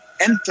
enter